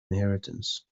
inheritance